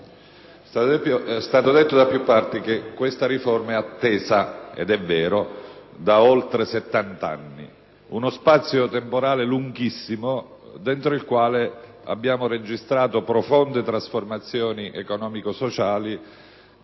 è stato detto da più parti che questa riforma è attesa, ed è vero, da oltre settant'anni. Uno spazio temporale lunghissimo entro il quale abbiamo registrato profonde trasformazioni economico-sociali,